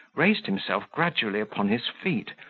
raised himself gradually upon his feet,